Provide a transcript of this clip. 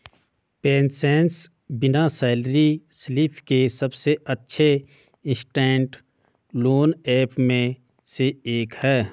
PaySense बिना salary slip के सबसे अच्छे इंस्टेंट लोन ऐप में से एक है